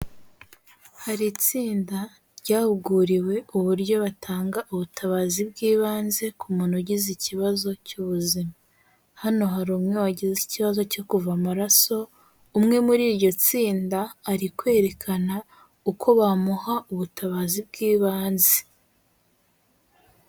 Hari itsinda ryahuguriwe uburyo batanga ubutabazi bw'ibanze ku muntu ugize ikibazo cy'ubuzima. Hano hari umwe wagize ikibazo cyo kuva amaraso, umwe muri iryo tsinda ari kwerekana uko bamuha ubutabazi bw'ibanze.